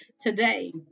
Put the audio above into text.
today